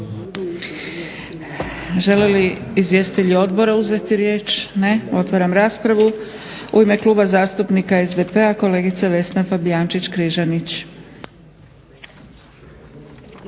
Žele li izvjestitelji odbora uzeti riječ? Ne. Otvaram raspravu. U ime Kluba zastupnika SDP-a kolegica Vesna Fabijančić-Križanić.